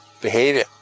behavior